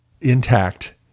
intact